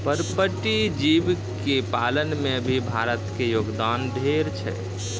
पर्पटीय जीव के पालन में भी भारत के योगदान ढेर छै